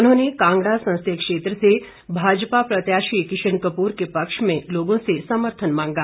उन्होंने कांगड़ा संसदीय क्षेत्र से भाजपा प्रत्याशी किशन कपूर के पक्ष में लोगों से समर्थन मांगा